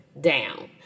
down